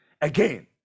again